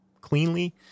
cleanly